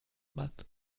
but